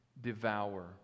devour